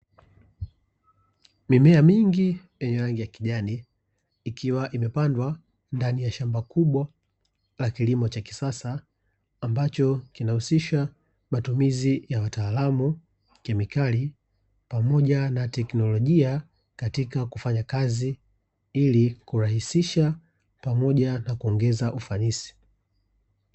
Mimea mingi ya kijani ikiwa imepandwa ndani ya shamba kubwa la kilimo cha kisasa, ambacho kinahusisha matumizi ya wataalamu wa kemikali pamoja na teknolojia katika kufanya kazi ili kurahisisha pamoja na kuongeza ufanisi.